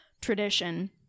tradition